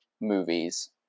movies